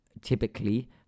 typically